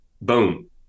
boom